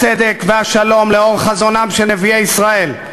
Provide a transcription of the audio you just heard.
הצדק והשלום לאור חזונם של נביאי ישראל,